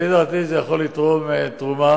לפי דעתי זה יכול לתרום תרומה.